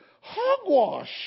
Hogwash